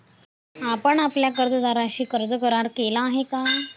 आपण आपल्या कर्जदाराशी कर्ज करार केला आहे का?